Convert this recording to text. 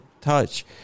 touch